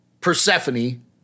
Persephone